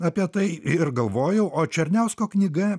apie tai ir galvojau o černiausko knyga